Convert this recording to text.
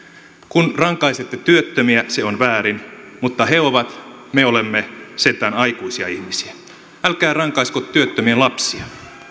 kun rankaisette työttömiä se on väärin mutta he ovat me olemme sentään aikuisia ihmisiä älkää rankaisko työttömien lapsia